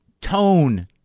tone